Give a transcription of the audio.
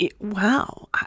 wow